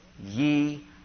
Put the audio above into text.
ye